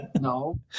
No